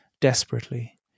desperately